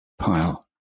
pile